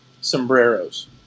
sombreros